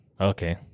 Okay